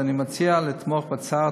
אני מציע לתמוך בהצעה,